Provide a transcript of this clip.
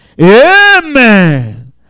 amen